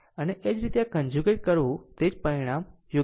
આમ એ જ રીતે જો આ કન્જુગેટ કરવું તો તે જ પરિણામ યોગ્ય મળશે